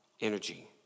energy